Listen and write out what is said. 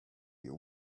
you